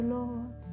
Lord